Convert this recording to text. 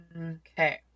Okay